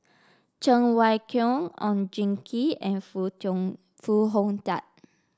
Cheng Wai Keung Oon Jin Gee and Foo Tong Foo Hong Tatt